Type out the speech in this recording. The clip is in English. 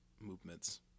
movements